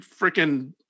freaking